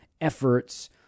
efforts